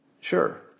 Sure